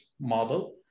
model